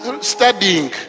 studying